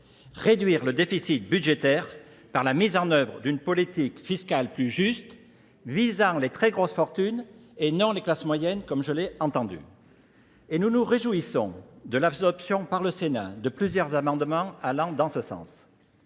Réduire le déficit budgétaire par la mise en œuvre d'une politique fiscale plus juste visant les très grosses fortunes et non les classes moyennes comme je l'ai entendu. Et nous nous réjouissons de l'absorption par le Sénat de plusieurs amendements allant dans ce sens.